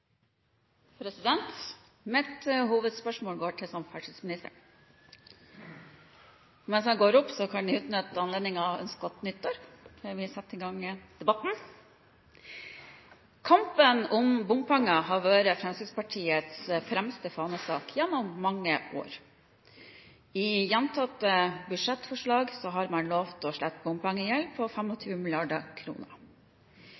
til samferdselsministeren. – Mens han går opp på talerstolen, kan jeg benytte anledningen til å ønske godt nytt år før vi setter i gang debatten. Kampen om bompenger har vært Fremskrittspartiets fremste fanesak gjennom mange år. I gjentatte budsjettforslag har man lovt å slette bompengegjeld på